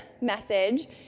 message